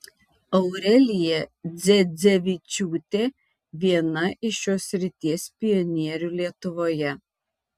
aurelija dzedzevičiūtė viena iš šios srities pionierių lietuvoje